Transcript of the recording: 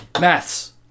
Maths